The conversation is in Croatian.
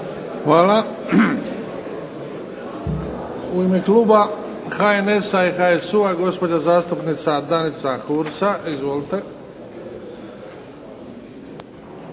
Hvala. U ime kluba HNS-a i HSU-a gospođa zastupnica Danica Hursa. Izvolite. **Hursa,